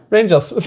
Rangers